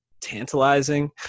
tantalizing